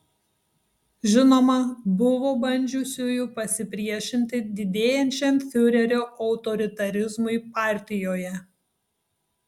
žinoma buvo bandžiusiųjų pasipriešinti didėjančiam fiurerio autoritarizmui partijoje